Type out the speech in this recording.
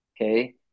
Okay